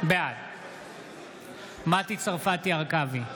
בעד מטי צרפתי הרכבי,